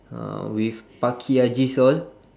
uh with